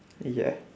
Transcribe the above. ya